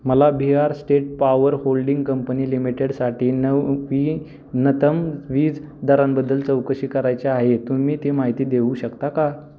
मला Bihar state power holding company लिमिटेडसाठी नवी नतम वीज दरांबद्दल चौकशी करायचे आहे तुम्ही ती माहिती देऊ शकता का